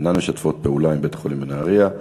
אינן משתפות פעולה עם בית-החולים בנהרייה.